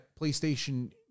PlayStation